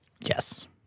Yes